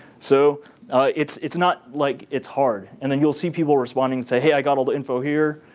so it's it's not like it's hard. and then you'll see people responding say, hey, i got all the info here,